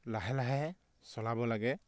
লাহে লাহে চলাব লাগে